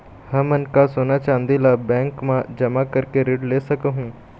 हमन का सोना चांदी ला बैंक मा जमा करके ऋण ले सकहूं?